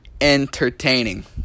entertaining